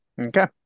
Okay